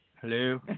hello